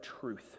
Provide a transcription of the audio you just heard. truth